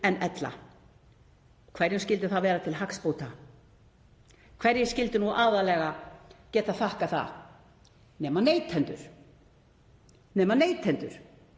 en ella. Hverjum skyldi það vera til hagsbóta? Hverjir skyldu nú aðallega geta þakkað það nema neytendur, sem verið er